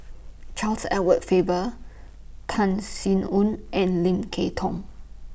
Charles Edward Faber Tan Sin Aun and Lim Kay Tong